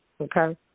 Okay